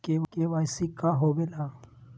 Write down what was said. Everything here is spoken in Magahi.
के.वाई.सी का होवेला?